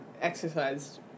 exercised